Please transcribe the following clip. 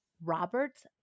Robert's